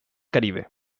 caribe